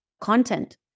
content